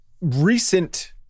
recent